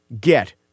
get